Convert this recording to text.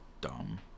dumb